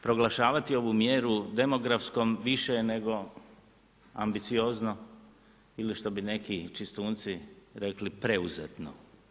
Proglašavati ovu mjeru demografskom više je nego ambiciozno ili što bi neki čistunci rekli, preuzetno.